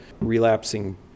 relapsing